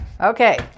okay